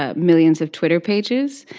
ah millions of twitter pages.